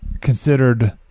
considered